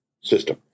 system